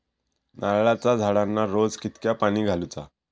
नारळाचा झाडांना रोज कितक्या पाणी घालुचा?